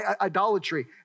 idolatry